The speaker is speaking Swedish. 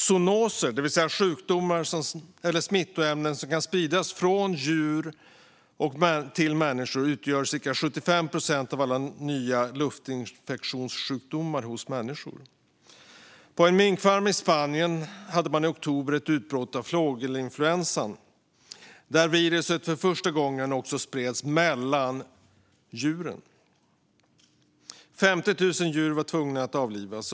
Zoonoser, det vill säga sjukdomar eller smittämnen som kan spridas från djur till människor, utgör cirka 75 procent av alla nya luftvägsinfektionssjukdomar hos människor. På en minkfarm i Spanien hade man i oktober ett utbrott av fågelinfluensa, där viruset för första gången också spreds mellan djuren. Man var tvungen att avliva 50 000 djur.